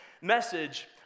message